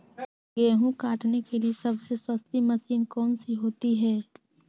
गेंहू काटने के लिए सबसे सस्ती मशीन कौन सी होती है?